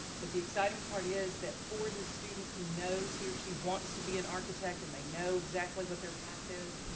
but the exciting part is that for the student who knows he or she wants to be an architect and they know exactly what their path is,